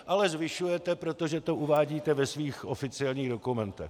Ale zvyšujete, protože to uvádíte ve svých oficiálních dokumentech.